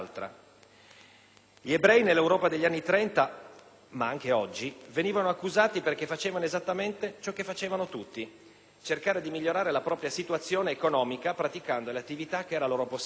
Gli ebrei nell'Europa degli anni '30 - ma anche oggi - venivano accusati perché facevano esattamente ciò che facevano tutti: cercare di migliorare la propria situazione economica praticando le attività che era loro possibile.